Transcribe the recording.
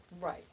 Right